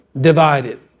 divided